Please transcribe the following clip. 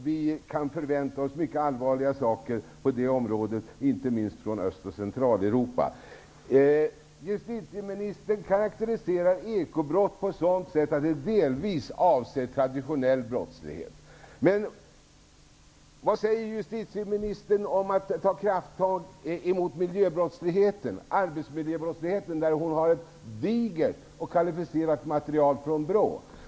Vi kan förvänta oss mycket allvarliga saker på detta område, inte minst från Öst och Centraleuropa. Justitieministern karakteriserar ekobrott på ett sådant sätt att de delvis avser traditionell brottslighet. Men vad säger justitieministern om att ta krafttag mot miljöbrottsligheten, mot arbetsmiljöbrott? Hon har ju ett digert och kvalificerat material på detta område från BRÅ.